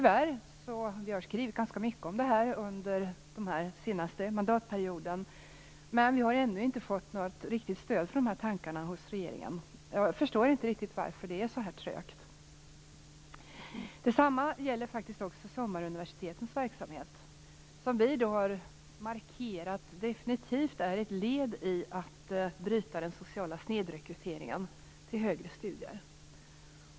Vi har skrivit ganska mycket om detta under den senaste mandatperioden, men vi har ännu inte fått något riktigt stöd för dessa tankar hos regeringen. Jag förstår inte varför det är så här trögt. Detsamma gäller sommaruniversitetens verksamhet, som vi har markerat definitivt är ett led i att bryta den sociala snedrekryteringen till högre studier.